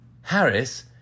Harris